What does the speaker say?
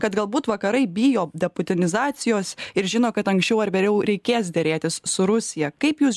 kad galbūt vakarai bijo deputinizacijos ir žino kad anksčiau ar vėliau reikės derėtis su rusija kaip jūs